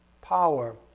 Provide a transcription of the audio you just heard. power